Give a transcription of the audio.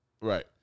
Right